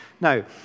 Now